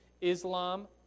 Islam